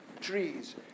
trees